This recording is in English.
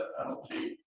penalty